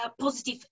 positive